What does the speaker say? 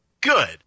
Good